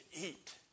eat